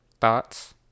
Thoughts